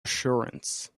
assurance